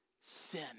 Sin